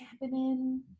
happening